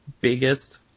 biggest